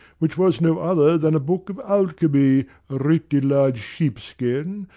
which was no other than a book of alchemy, writ in large sheep-skin,